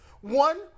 One